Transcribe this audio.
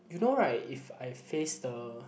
you know right if I face the